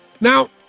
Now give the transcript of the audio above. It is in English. Now